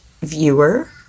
viewer